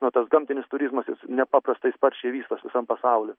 nu tas gamtinis turizmas jis nepaprastai sparčiai vystos visam pasauly